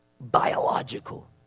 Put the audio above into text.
biological